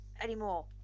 anymore